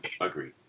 agreed